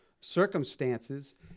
circumstances